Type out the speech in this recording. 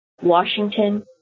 Washington